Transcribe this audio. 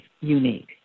unique